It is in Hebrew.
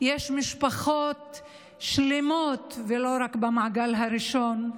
יש משפחות שלמות, ולא רק במעגל הראשון,